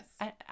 Yes